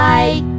Bye